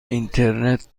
اینترنت